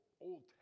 old